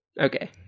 Okay